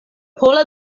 pola